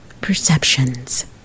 perceptions